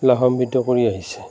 লাভৱান্বিত কৰি আহিছে